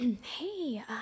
Hey